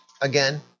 again